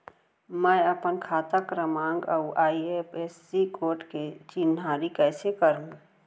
मैं अपन खाता क्रमाँक अऊ आई.एफ.एस.सी कोड के चिन्हारी कइसे करहूँ?